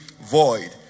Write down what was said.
void